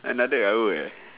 another hour uh